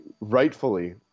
rightfully